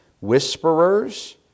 whisperers